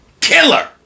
killer